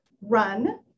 run